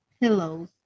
pillows